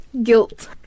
Guilt